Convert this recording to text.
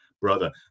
brother